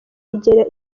igera